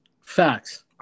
facts